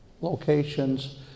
locations